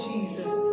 Jesus